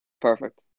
perfect